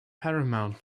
paramount